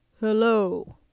Hello